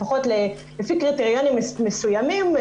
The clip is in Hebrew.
לפי קריטריונים מסוימים,